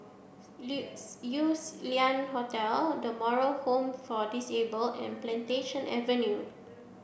yews Lian Hotel the Moral Home for Disabled and Plantation Avenue